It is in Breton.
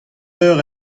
eur